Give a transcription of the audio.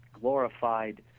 glorified